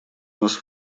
нас